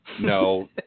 No